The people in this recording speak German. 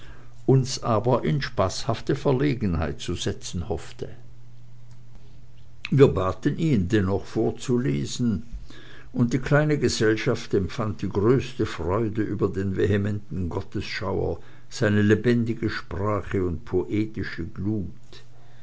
uns aber in spaßhafte verlegenheit zu setzen hoffte wir baten ihn dennoch vorzulesen und die kleine gesellschaft empfand die größte freude über den vehementen gottesschauer seine lebendige sprache und poetische glut